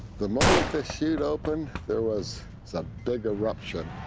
the moment the chute opened, there was some big eruption.